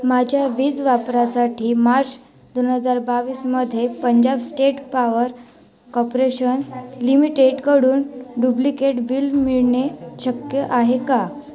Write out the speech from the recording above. माझ्या वीज वापरासाठी मार्च दोन हजार बावीसमध्ये पंजाब स्टेट पॉवर कॉपरेशन लिमिटेडकडून डुप्लिकेट बिल मिळणे शक्य आहे का